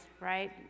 right